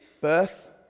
Birth